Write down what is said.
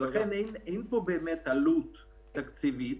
לכן אין פה באמת עלות תקציבית,